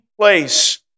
place